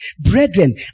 Brethren